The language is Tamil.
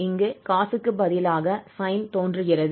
இங்கு cos க்குப் பதிலாக sin தோன்றுகிறது